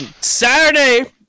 Saturday